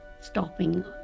stopping